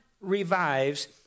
revives